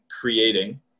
creating